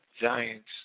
Giants